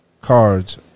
cards